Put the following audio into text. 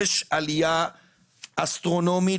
יש עלייה אסטרונומית,